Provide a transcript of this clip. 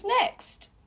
next